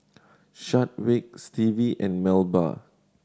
Chadwick Stevie and Melba